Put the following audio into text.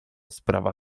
sprawa